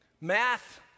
math